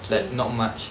okay